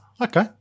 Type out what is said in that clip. Okay